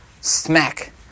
smack